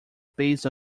based